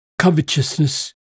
Covetousness